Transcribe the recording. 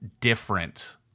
different